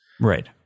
Right